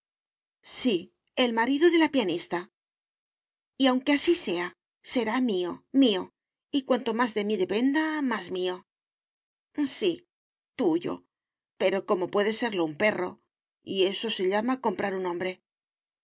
sí el marido de la pianista y aunque así sea será mío mío y cuanto más de mí dependa más mío sí tuyo pero como puede serlo un perro y eso se llama comprar un hombre